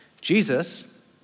Jesus